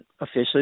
officially